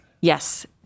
Yes